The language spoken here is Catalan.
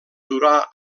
durà